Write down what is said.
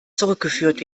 zurückgeführt